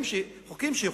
בחוקים שחוקקה.